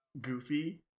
Goofy